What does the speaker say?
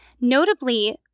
notably